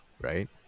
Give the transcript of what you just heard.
right